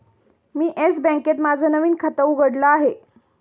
मी Yes बँकेत माझं नवीन खातं उघडलं आहे